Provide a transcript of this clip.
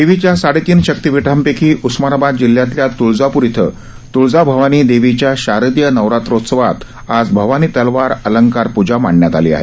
देवीच्या साडेतीन शक्तीपीठांपैकी उस्मानाबाद जिल्ह्यातल्या तुळजापूर इथं तुळजाभवानी देवीच्या शारदीय नवरात्रोत्सवात आज भवानी तलवार अलंकार पूजा मांडण्यात आली आहे